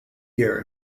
year